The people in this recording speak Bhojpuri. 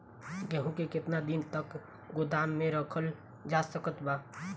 गेहूँ के केतना दिन तक गोदाम मे रखल जा सकत बा?